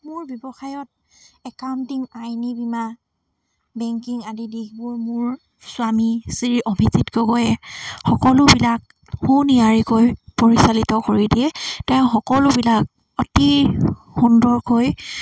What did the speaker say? মোৰ ব্যৱসায়ত একাউণ্টিং আইনী বীমা বেংকিং আদি দিশবোৰ মোৰ স্বামী শ্ৰী অভিজিত গগৈয়ে সকলোবিলাক সুনিয়াৰিকৈ পৰিচালিত কৰি দিয়ে তেওঁ সকলোবিলাক অতি সুন্দৰকৈ